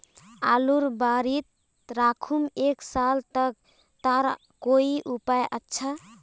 आलूर बारित राखुम एक साल तक तार कोई उपाय अच्छा?